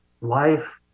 life